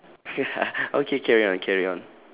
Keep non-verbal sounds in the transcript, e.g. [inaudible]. [noise] okay carry on carry on